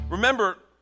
Remember